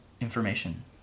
information